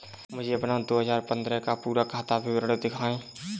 मुझे अपना दो हजार पन्द्रह का पूरा खाता विवरण दिखाएँ?